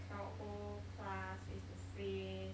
cannot go class face to face